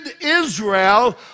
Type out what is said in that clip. Israel